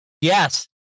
Yes